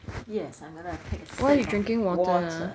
yes I'm going to take some water